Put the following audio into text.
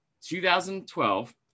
2012